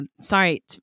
sorry